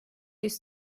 yüz